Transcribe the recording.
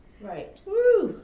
Right